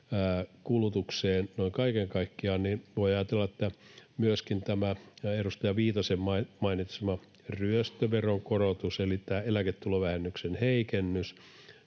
kulutukseen noin kaiken kaikkiaan, niin voi ajatella, että on myöskin tämä edustaja Viitasen mainitsema ryöstöveronkorotus, eli tämä eläketulovähennyksen heikennys